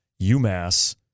UMass